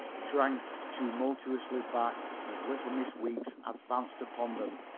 shrank tumultuously back as little miss weeks advanced upon them,